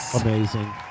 Amazing